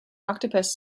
octopus